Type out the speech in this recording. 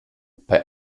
bei